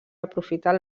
aprofitar